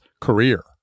career